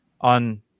on